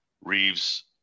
Reeves